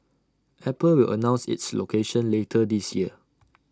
apple will announce its location later this year